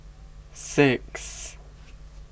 six